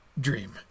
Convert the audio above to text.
dream